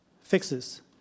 fixes